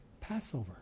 Passover